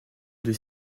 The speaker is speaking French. des